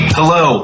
Hello